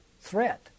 threat